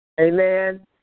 Amen